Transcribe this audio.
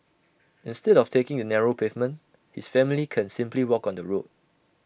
instead of taking the narrow pavement his family can simply walk on the road